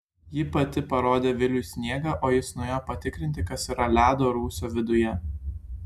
ji pati parodė viliui sniegą o jis nuėjo patikrinti kas yra ledo rūsio viduje